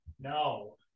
no